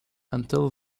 until